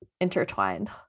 intertwined